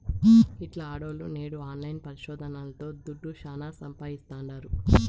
ఇంట్ల ఆడోల్లు నేడు ఆన్లైన్ పరిశోదనల్తో దుడ్డు శానా సంపాయిస్తాండారు